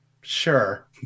sure